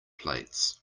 plates